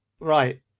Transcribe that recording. right